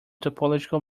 topological